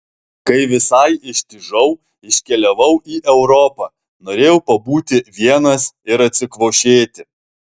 kai visai ištižau iškeliavau į europą norėjau pabūti vienas ir atsikvošėti